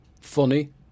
Funny